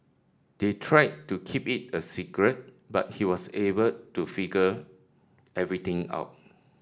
they tried to keep it a secret but he was able to figure everything out